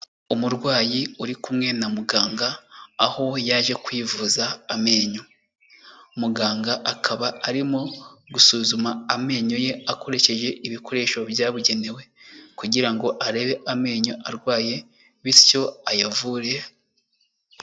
Umurwayi uri kumwe na muganga, aho yaje kwivuza amenyo, muganga akaba arimo gusuzuma amenyo ye akoresheje ibikoresho byabugenewe kugira ngo arebe amenyo arwaye bityo ayavure.